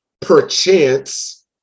perchance